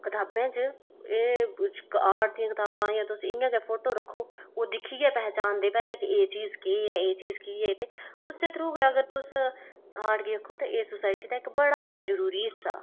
कताबें च आर्ट दियां कताबां जां तुस इ'यां आर्ट दियां कताबां रक्खो ओह् दिक्खियै पैह्चानदे कि एह् चीज केह् ऐ एह् चीज केह् ऐ उस्सै थ्रू गै अगर तुस आर्ट गी आखो ते एह् सोसाइटी दा बड़ा गै जरूरी हिस्सा ऐ